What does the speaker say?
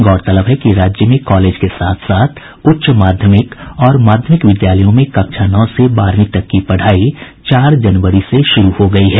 गौरतलब है कि राज्य में कॉलेज के साथ साथ उच्च माध्यमिक और माध्यमिक विद्यालयों में कक्षा नौ से बारहवीं तक की पढ़ाई चार जनवरी से शुरू हो गयी है